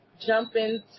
jumping